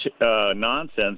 nonsense